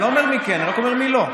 אני לא אומר מי כן, אני רק אומר מי לא.